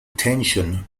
tension